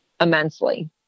immensely